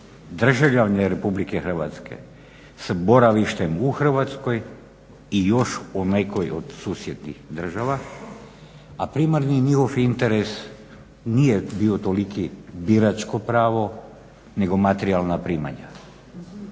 državljana RH s boravištem u Hrvatskoj i još u nekoj od susjednih država, a primarni njihov interes nije bio toliki biračko pravo nego materijalna primanja.